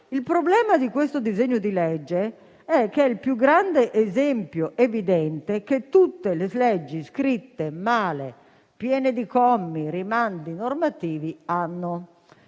Il problema di questo disegno di legge è il più grande ed evidente che hanno tutte le leggi scritte male, piene di commi e rimandi normativi. Io